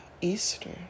Easter